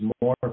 more